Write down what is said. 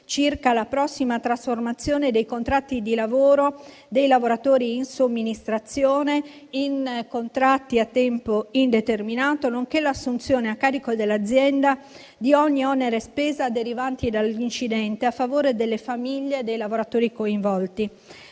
circa la prossima trasformazione dei contratti di lavoro dei lavoratori in somministrazione in contratti a tempo indeterminato, nonché l'assunzione a carico dell'azienda di ogni onere e spesa derivanti dall'incidente a favore delle famiglie dei lavoratori coinvolti.